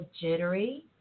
jittery